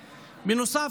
נוסף,